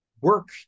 work